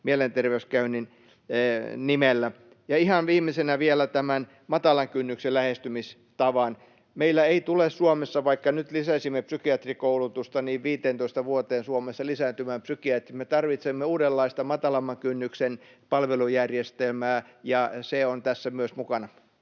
mielenter-veyskäynnin nimellä. Ihan viimeisenä vielä tämä matalan kynnyksen lähestymistapa: Vaikka nyt lisäisimme psykiatrikoulutusta, meillä eivät tule Suomessa 15 vuoteen lisääntymään psykiatrit. Me tarvitsemme uudenlaista matalamman kynnyksen palvelujärjestelmää, ja se on tässä myös mukana.